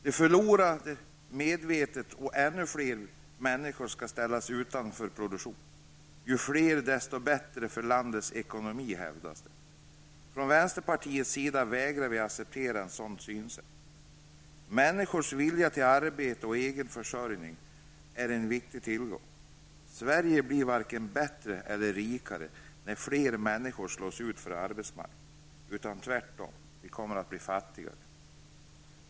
De förordar medvetet att ännu fler människor skall ställas utanför produktionen -- ju fler, desto bättre för landets ekonomi, hävdar de. Från vänsterpartiets sida vägrar vi att acceptera ett sådant synsätt. Människors vilja till arbete och egen försörjning är en viktig tillgång. Sverige blir varken bättre eller rikare när fler människor slås ut från arbetsmarknaden -- utan tvärtom, vi kommer att bli fattigare.